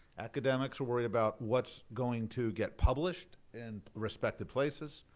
academics worry about what's going to get published in respected places,